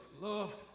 Love